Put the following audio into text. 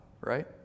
right